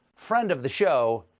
friend of the show,